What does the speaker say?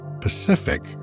Pacific